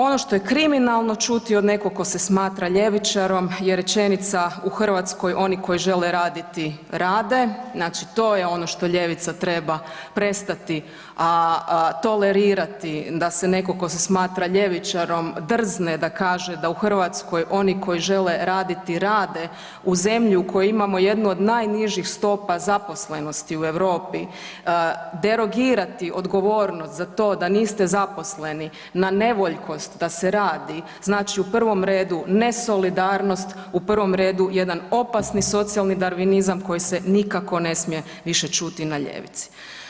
Ono što je kriminalno čuti od nekog tko se smatra ljevičarom je rečenica u Hrvatskoj, oni koji žele raditi, rade, znači to je ono što ljevica treba prestati, a tolerirati, da se netko, tko se smatra ljevičarom drzne da kaže da u Hrvatskoj oni koji žele raditi rade, u zemlji u kojoj imamo jednu od najnižih stopa zaposlenosti u Europi, derogirati odgovornost za to da niste zaposleni na nevoljkost da se radi, znači u prvom redu, nesolidarnost, u prvom redu jedan opasni socijalni darvinizam koji se nikako ne smije više čuti na ljevici.